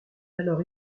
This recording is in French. alors